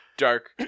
Dark